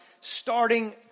starting